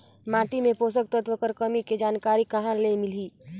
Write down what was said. माटी मे पोषक तत्व कर कमी के जानकारी कहां ले मिलही?